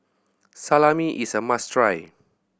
salami is a must try